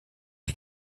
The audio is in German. ist